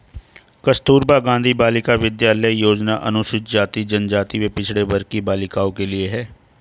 कस्तूरबा गांधी बालिका विद्यालय योजना अनुसूचित जाति, जनजाति व पिछड़े वर्ग की बालिकाओं के लिए है